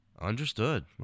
Understood